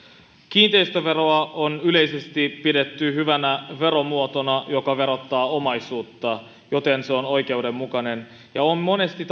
kiinteistöveroa on yleisesti pidetty hyvänä veromuotona joka verottaa omaisuutta joten se on oikeudenmukainen on monesti